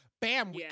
bam